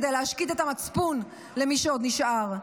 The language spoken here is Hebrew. כדי להשקיט את המצפון למי שעוד נשאר?